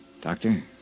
Doctor